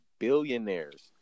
Billionaires